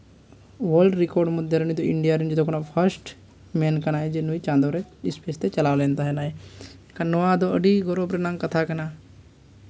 world record ᱢᱚᱫᱽᱫᱷᱮ ᱩᱱᱤ ᱫᱚ ᱤᱱᱰᱤᱭᱟ ᱨᱮ ᱡᱚᱛᱚ ᱠᱷᱚᱱ ᱯᱷᱟᱥᱴ ᱢᱮᱱ ᱠᱟᱱᱟᱭ ᱡᱮ ᱱᱩᱭ ᱪᱟᱸᱫᱳ ᱨᱮ ᱯᱷᱤᱨ ᱛᱮ ᱪᱟᱞᱟᱣ ᱞᱮᱱ ᱛᱟᱦᱮᱱᱟᱭ ᱮᱱᱠᱷᱟᱱ ᱱᱚᱣᱟ ᱫᱚ ᱟᱹᱰᱤ ᱜᱚᱨᱚᱵᱽ ᱨᱮᱱᱟᱜ ᱠᱟᱛᱷᱟ ᱠᱟᱱᱟ